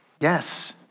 Yes